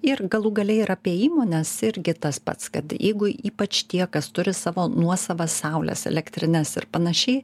ir galų gale ir apie įmones irgi tas pats kad jeigu ypač tie kas turi savo nuosavas saulės elektrines ir panašiai